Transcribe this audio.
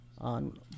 on